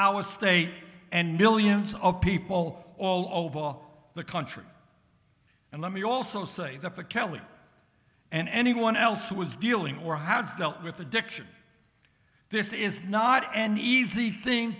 our state and millions of people all over the country and let me also say that the kelly and anyone else who is dealing or has dealt with addiction this is not an easy thing